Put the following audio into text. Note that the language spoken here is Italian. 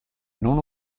non